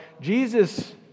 Jesus